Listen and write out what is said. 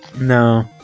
No